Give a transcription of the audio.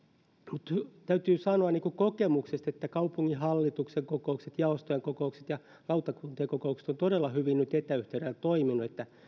mutta täytyy sanoa kokemuksesta että kaupunginhallituksen kokoukset jaostojen kokoukset ja lautakuntien kokoukset ovat todella hyvin nyt etäyhteydellä toimineet ne